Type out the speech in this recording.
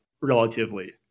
relatively